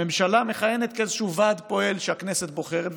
הממשלה מכהנת כאיזשהו ועד פועל שהכנסת בוחרת,